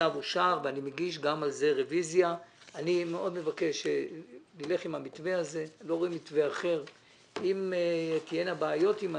הצבעה בעד פה אחד צו תעריף המכס והפטורים